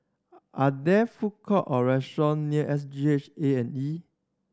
are there food court or restaurant near S G H A and E